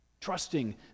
trusting